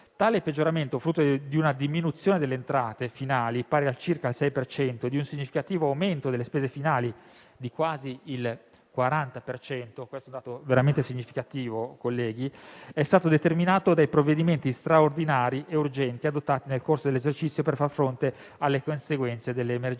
Tale peggioramento, frutto di una diminuzione delle entrate finali, pari a circa il 6 per cento, e di un significativo aumento delle spese finali di quasi il 40 per cento - colleghi, questo è un dato veramente significativo - è stato determinato dai provvedimenti straordinari e urgenti adottati nel corso dell'esercizio per far fronte alle conseguenze dell'emergenza